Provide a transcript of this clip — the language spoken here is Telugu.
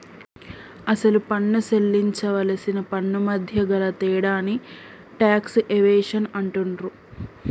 అసలు పన్ను సేల్లించవలసిన పన్నుమధ్య గల తేడాని టాక్స్ ఎవేషన్ అంటుండ్రు